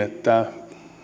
että